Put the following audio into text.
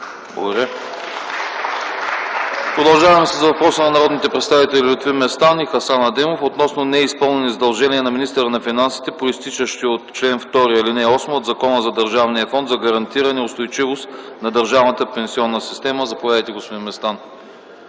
Благодаря. Продължаваме с въпрос на народните представители Лютви Местан и Хасан Адемов относно неизпълнени задължения на министъра на финансите, произтичащи от чл. 2, ал. 8 на Закона за Държавния фонд за гарантиране на устойчивост на държавната пенсионна система. Заповядайте, господин Местан.